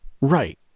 Right